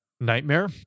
nightmare